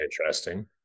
interesting